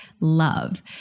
love